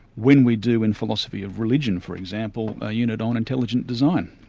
when we do in philosophy of religion, for example, a unit on intelligent design,